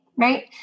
right